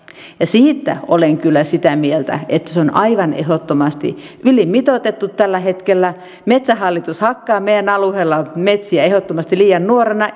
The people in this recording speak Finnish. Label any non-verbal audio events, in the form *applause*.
ja siitä olen kyllä sitä mieltä että se on aivan ehdottomasti ylimitoitettu tällä hetkellä metsähallitus hakkaa meidän alueella metsiä ehdottomasti liian nuorena *unintelligible*